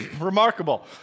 remarkable